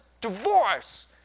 divorce